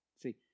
See